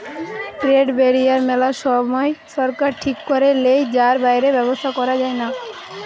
trade barrier মেলা সময় সরকার ঠিক করে লেয় যার বাইরে ব্যবসা করা যায়না